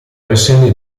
versione